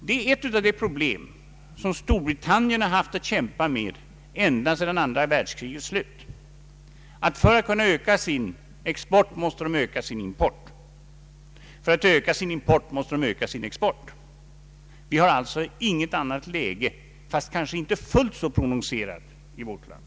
Det är ett av de problem som Storbritannien haft att kämpa med ända sedan andra världskrigets slut, nämligen att för att kunna öka sin export måste man öka sin import, för att öka sin import måste man öka sin export. Läget är detsamma, fastän kanske inte fullt så prononcerat, i vårt land.